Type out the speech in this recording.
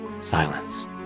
Silence